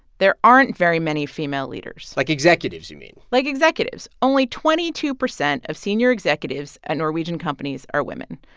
there aren't very many female leaders like executives, you mean like executives. only twenty two percent of senior executives at norwegian companies are women.